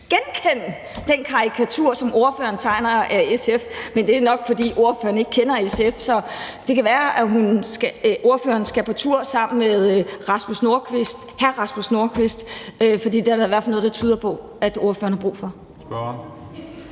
genkende den karikatur, som ordføreren tegner af SF, men det er nok, fordi ordføreren ikke kender SF. Så det kan være, at ordføreren skal på tur sammen med hr. Rasmus Nordqvist, for det er der i hvert fald noget der tyder på at ordføreren har brug for.